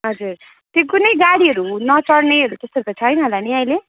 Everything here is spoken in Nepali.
हजुर त्यो कुनै गाडीहरू नचढ्नेहरू त्यस्तोहरू त छैन होला नि अहिले